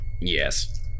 Yes